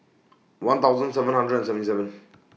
one thousand seven hundred and seventy seven